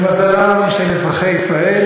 למזלם של אזרחי ישראל,